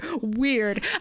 weird